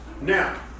Now